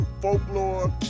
folklore